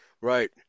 Right